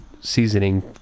seasoning